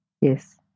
yes